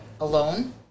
alone